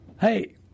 Hey